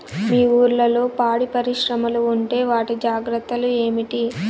మీ ఊర్లలో పాడి పరిశ్రమలు ఉంటే వాటి జాగ్రత్తలు ఏమిటి